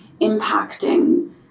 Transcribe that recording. impacting